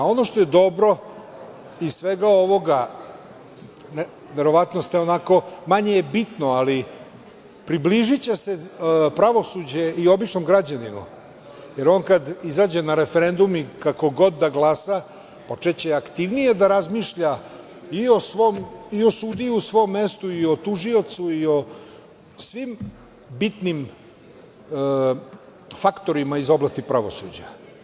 Ono što je dobro iz svega ovoga, verovatno je manje bitno, ali približiće se pravosuđe i običnom građaninu, jer on kada izađe na referendum i kako god da glasa počeće aktivnije da razmišlja i o sudiji u svom mestu, i u tužiocu i o svim bitnim faktorima iz oblasti pravosuđa.